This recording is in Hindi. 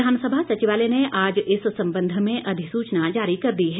विधानसभा सचिवालय ने आज इस संबंध में अधिसूचना जारी कर दी है